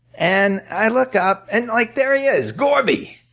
and i look up and like there he is, gorby.